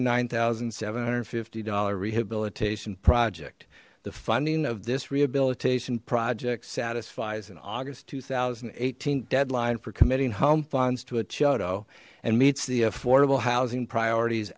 hundred nine thousand seven hundred fifty dollar rehabilitation project the funding of this rehabilitation project satisfies in august two thousand and eighteen deadline for committing home funds to a cholo and meets the affordable housing priorities